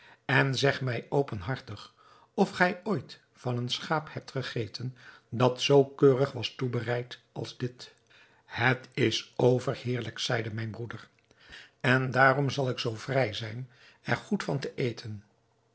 en zeg mij openhartig of gij ooit van een schaap hebt gegeten dat zoo keurig was toebereid als dit het is overheerlijk zeide mijn broeder en daarom zal ik zoo vrij zijn er goed van te eten